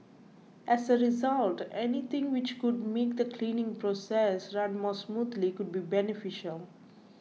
as a result anything which could make the cleaning process run more smoothly could be beneficial